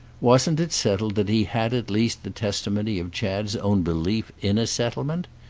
wasn't it settled that he had at least the testimony of chad's own belief in a settlement?